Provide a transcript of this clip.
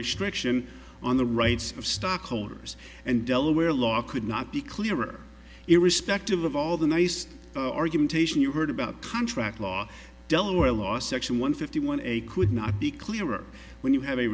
restriction on the rights of stockholders and delaware law could not be clearer irrespective of all the nice argumentation you heard about contract law delora law section one fifty one a could not be clearer when you have a